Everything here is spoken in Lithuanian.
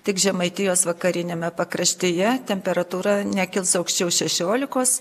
tik žemaitijos vakariniame pakraštyje temperatūra nekils aukščiau šešiolikos